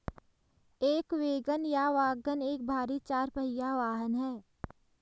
एक वैगन या वाग्गन एक भारी चार पहिया वाहन है